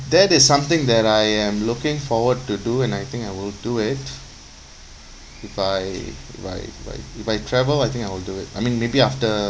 that is something that I am looking forward to do and I think I will do it if I if I if I if I travel I think I will do it I mean maybe after